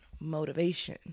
motivation